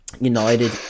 United